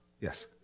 Yes